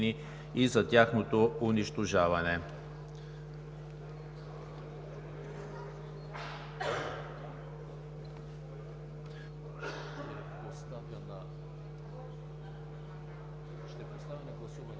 и за тяхното унищожаване,